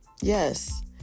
Yes